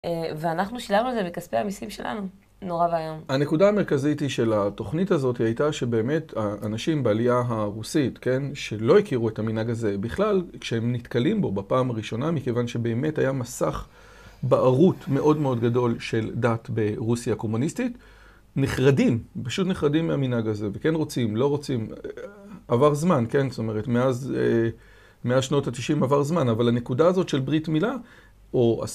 ואנחנו שילבנו את זה בכספי המסים שלנו, נורא ואיום. הנקודה המרכזית של התוכנית הזאת הייתה שבאמת אנשים בעלייה הרוסית, שלא הכירו את המנהג הזה בכלל, כשהם נתקלים בו בפעם הראשונה, מכיוון שבאמת היה מסך בערות מאוד מאוד גדול של דת ברוסיה הקומוניסטית, נחרדים, פשוט נחרדים מהמנהג הזה, וכן רוצים, לא רוצים. עבר זמן, כן, זאת אומרת, מאז שנות ה-90 עבר זמן, אבל הנקודה הזאת של ברית מילה, או עש...